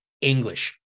English